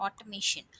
automation